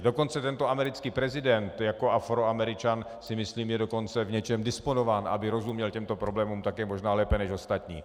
Dokonce tento americký prezident jako Afroameričan, si myslím, je dokonce v něčem disponován, aby rozuměl těmto problémům také možná lépe než ostatní.